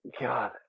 god